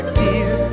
dear